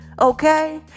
okay